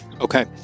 okay